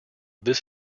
this